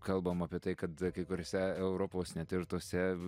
kalbam apie tai kad kai kuriose europos net ir tose